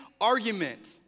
argument